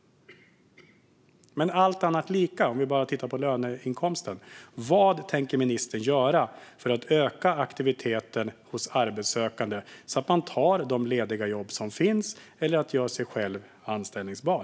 Allt annat lika, om vi bara tittar på löneinkomsten, vad tänker ministern göra för att öka aktiviteten hos arbetssökande så att man tar de lediga jobb som finns eller gör sig själv anställbar?